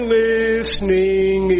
listening